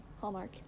Hallmark